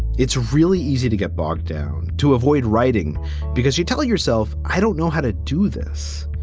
it's really easy to get bogged down to avoid writing because you tell yourself, i don't know how to do this.